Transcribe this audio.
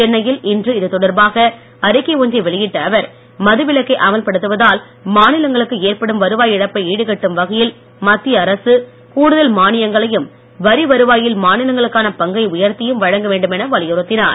சென்னையில் இன்று இதுதொடர்பாக அறிக்கை ஒன்றை வெளியிட்ட அவர் மது விலக்கை அமல்படுத்துவதால் மாநிலங்களுக்கு ஏற்படும் வருவாய் இழப்பை ஈடுகட்டும் வகையில் மத்திய அரசு கூடுதல் மானியங்களையும் வரி வருவாயில் மாநிலங்களுக்கான பங்கை உயத்தியும் வழங்க வேண்டுமென வலியுறுத்தினார்